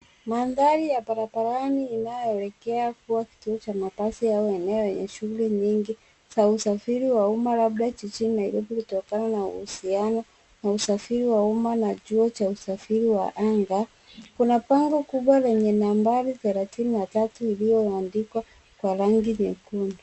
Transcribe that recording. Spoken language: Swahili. Mandhari ya barabarani inayoelekea kuwa kituo cha mabasi au eneo yenye shughuli nyingi za usafiri wa umma labda jijini Nairobi litokalo na uhusiano wa usafiri wa umma na chuo cha usafiri wa anga kuna bango kubwa lenye nambari 33 iliyoandikwa kwa rangi nyekundu.